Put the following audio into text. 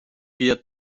beer